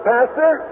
Pastor